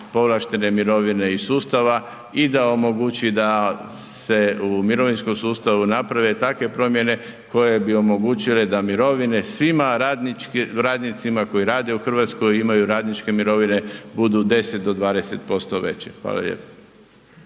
povlaštene mirovine iz sustava i da omogući da se u mirovinskom sustavu naprave takve promjene koje bi omogućile da mirovine svim radnicima koji rade u Hrvatskoj imaju radničke mirovine budu 10 do 20% veće. Hvala lijepo.